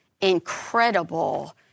incredible